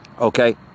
okay